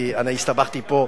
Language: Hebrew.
אני הסתבכתי פה,